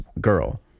girl